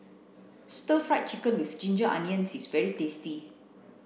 stir fried chicken with ginger onions is very tasty